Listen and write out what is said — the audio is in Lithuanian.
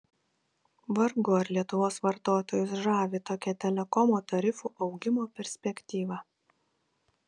vargu ar lietuvos vartotojus žavi tokia telekomo tarifų augimo perspektyva